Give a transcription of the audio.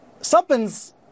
Something's